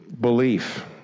belief